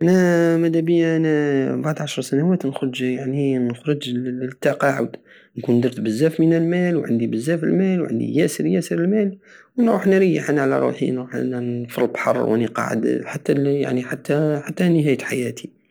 انا مدابية انا بعد عشر سنوات نخرج يعني نخرج لتقاعد نكون درت بزاف من المال وعندي بزاف المال وعندي ياسر ياسر المال ونروح نريح انا على روحي نروح انا في البحر وراني قاعد حتى- حتى نهاية حياتي